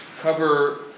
cover